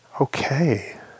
okay